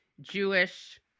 Jewish